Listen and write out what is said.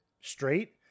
straight